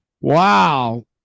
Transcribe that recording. Wow